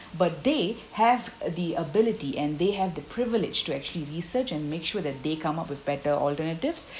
but they have the ability and they have the privilege to actually research and make sure that they come up with better alternatives